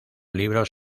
libros